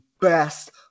best